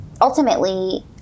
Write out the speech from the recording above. ultimately